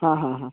हा हा हा